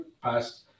past